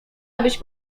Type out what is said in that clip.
abyś